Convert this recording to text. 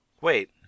Wait